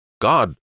God